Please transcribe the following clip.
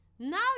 Now